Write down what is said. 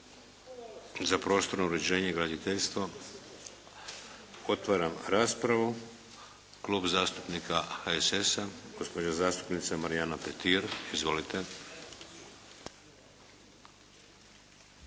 Za prostorno uređenje i graditeljstvo? Otvaram raspravu. Klub zastupnika HSS-a gospođa zastupnica Marijana Petir. Izvolite.